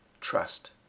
trust